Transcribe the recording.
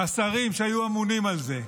השרים שהיו אמונים על זה,